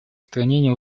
устранения